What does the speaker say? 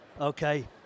okay